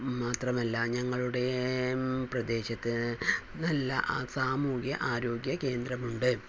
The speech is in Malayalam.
മാത്രമല്ല ഞങ്ങളുടെ പ്രദേശത്ത് നല്ല ആ സാമൂഹ്യ ആരോഗ്യകേന്ദ്രമുണ്ട്